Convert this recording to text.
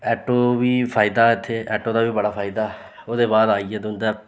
auto बी फायदा इत्थें आटो दा बी बड़ा फायदा ओह्दे बाद आई गेआ तुं'दा